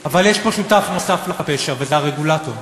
אבל יש פה שותף נוסף לפשע, וזה הרגולטור.